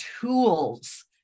Tools